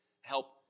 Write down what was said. help